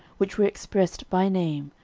which were expressed by name,